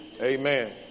Amen